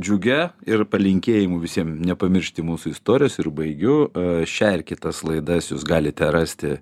džiugia ir palinkėjimu visiem nepamiršti mūsų istorijos ir baigiu šią ir kitas laidas jūs galite rasti